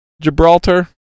Gibraltar